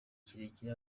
kirekire